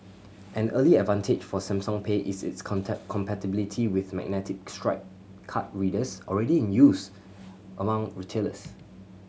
an early advantage for Samsung Pay is its compatibility with magnetic stripe card readers already in use among retailers